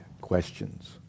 questions